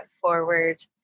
forward